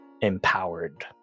empowered